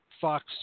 Fox